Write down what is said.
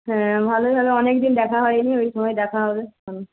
হ্যাঁ ভালোই হলো অনেকদিন দেখা হয়নি ওই সময় দেখা হবে